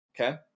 okay